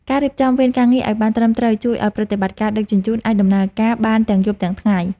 ការរៀបចំវេនការងារឱ្យបានត្រឹមត្រូវជួយឱ្យប្រតិបត្តិការដឹកជញ្ជូនអាចដំណើរការបានទាំងយប់ទាំងថ្ងៃ។